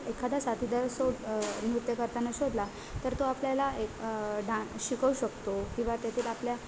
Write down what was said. एखादा साथीदार सो नृत्य करताना शोधला तर तो आपल्याला एक डान्स शिकवू शकतो किंवा त्यातील आपल्या